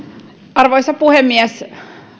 arvoisa puhemies